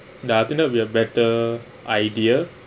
nah I think now we have better idea